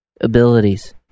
abilities